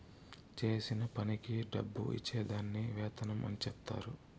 చేసిన పనికి డబ్బు ఇచ్చే దాన్ని వేతనం అని చెప్తారు